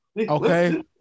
Okay